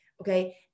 Okay